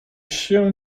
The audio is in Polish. się